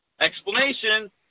explanation